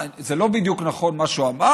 זה לא בדיוק נכון מה שהוא אמר,